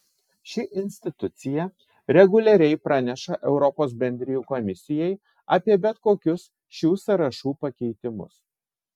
ši institucija reguliariai praneša europos bendrijų komisijai apie bet kokius šių sąrašų pakeitimus